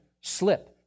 slip